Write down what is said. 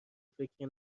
فکری